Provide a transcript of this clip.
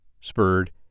Spurred